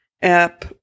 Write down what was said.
app